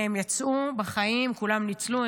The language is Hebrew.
והם יצאו בחיים, כולם ניצלו.